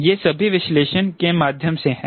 ये सभी विश्लेषण के माध्यम से हैं